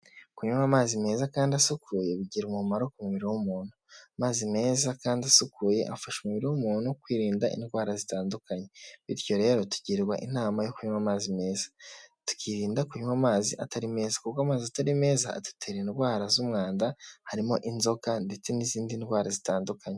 Kunywa amazi meza kandi asukuye bigira umumaro ku mubiri w'umuntu. Amazi meza kandi asukuye afasha umubiri w'umuntu kwirinda indwara zitandukanye bityo rero tugirwa inama yo kunywa amazi meza tukirinda kunywa amazi atarime kuko amazi atari meza adutera indwara z'umwanda harimo inzoka ndetse n'izindi ndwara zitandukanye.